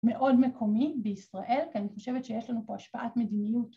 ‫מאוד מקומי בישראל, ‫כי אני חושבת שיש לנו פה השפעת מדיניות.